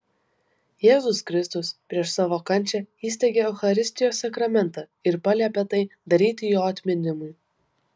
jėzus kristus prieš savo kančią įsteigė eucharistijos sakramentą ir paliepė tai daryti jo atminimui